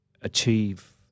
achieve